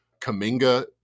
Kaminga